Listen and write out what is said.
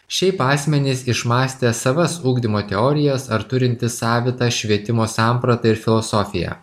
šiaip asmenys išmąstę savas ugdymo teorijas ar turintys savitą švietimo sampratą ir filosofiją